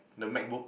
the Macbook